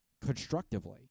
constructively